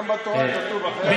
גם בתורה כתוב: אחרי,